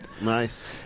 Nice